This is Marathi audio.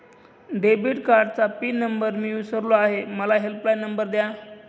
डेबिट कार्डचा पिन नंबर मी विसरलो आहे मला हेल्पलाइन नंबर द्या